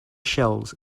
shells